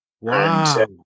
Wow